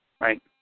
Right